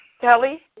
Kelly